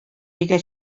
өйгә